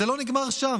זה לא נגמר שם.